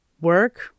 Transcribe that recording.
work